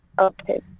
Okay